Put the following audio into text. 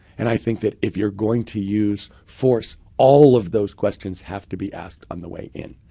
and i think that if you're going to use force, all of those questions have to be asked on the way in.